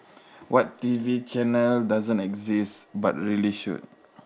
what T_V channel doesn't exist but really should